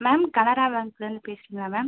ma'am Canara பேங்க்லேந்து பேசுறிங்களா ma'am